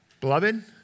Beloved